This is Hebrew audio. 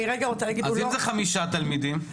אז אם זה חמישה תלמידים?